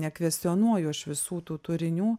nekvestionuoju aš visų tų turinių